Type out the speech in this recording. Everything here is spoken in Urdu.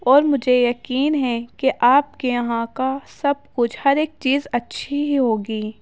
اور مجھے یقین ہیں کہ آپ کے یہاں کا سب کچھ ہر ایک چیز اچھی ہی ہوگی